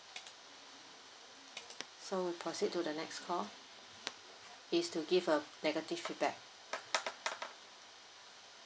so we proceed to the next call is to give a negative feedback